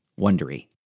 wondery